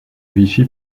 vichy